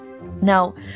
Now